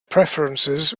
preferences